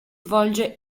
svolge